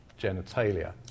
genitalia